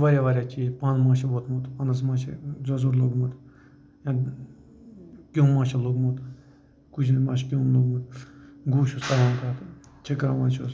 واریاہ واریاہ چیٖز پَن ما چھُ ووٚتھمُت پنَس ما چھِ زَزُر لوٚگمُت یا کیٚوم ما چھُ لوٚگمُت کُجَن ما چھِ کیٚوم لوٚگمُت گُہہ چھُس ترٛاوان پَتہٕ چھِٔکراوان چھُس